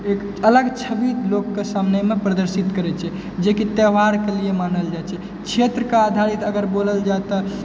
एक अलग छवि लोकके सामनेमे प्रदर्शित करै छै जे कि त्योहारके लिए मानल जाइ छै क्षेत्रके आधारित अगर बोलल जाइ तऽ